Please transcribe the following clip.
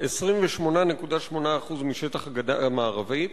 28.8% משטח הגדה המערבית.